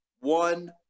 one